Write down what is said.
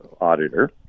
auditor